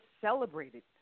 celebrated